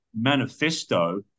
manifesto